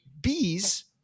bees